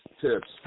tips